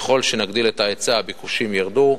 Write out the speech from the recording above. ככל שנגדיל את ההיצע הביקושים ירדו,